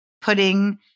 putting